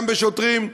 גם בשוטרים,